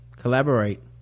Collaborate